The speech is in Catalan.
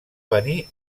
venir